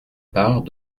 part